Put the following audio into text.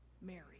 Mary